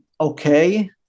okay